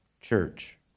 church